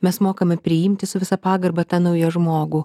mes mokame priimti su visa pagarba tą naują žmogų